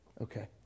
Okay